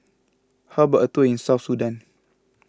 how about a tour in South Sudan